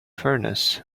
furnace